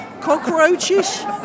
cockroaches